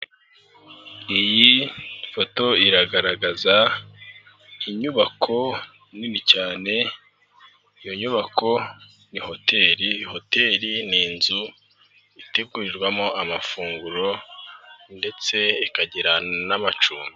Iyi foto iragaragaza inyubako nini cyane, iyo nyubako ni hoteri, hoteri ni inzu itegurirwamo amafunguro ndetse ikagira n'amacumbi.